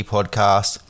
Podcast